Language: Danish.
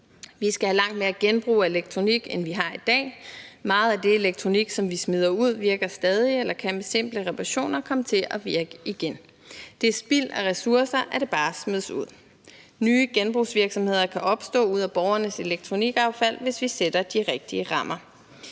Vi skal have langt mere genbrug af elektronik, end vi har i dag. Meget af det elektronik, som vi smider ud, virker stadig eller kan med simple reparationer komme til at virke igen. Det er spild af ressourcer, at det bare smides ud. Nye genbrugsvirksomheder kan opstå ud af borgernes elektronikaffald, hvis vi sætter de rigtige rammer.